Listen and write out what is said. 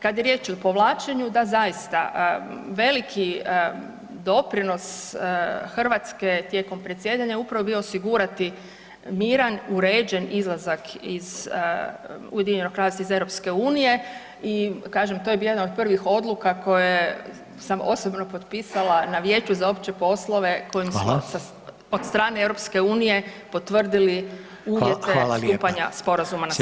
Kad je riječ o povlačenju, da, zaista, veliki doprinos Hrvatske tijekom predsjedanja je upravo bio osigurati miran uređen izlazak iz, UK-a iz EU, i kažem, to je bio jedan od prvih odluka koje sam osobno potpisala na Vijeću za opće poslove kojim smo [[Upadica: Hvala.]] od strane EU potvrdili uvjete [[Upadica: Hvala lijepa.]] stupanja sporazuma na snagu.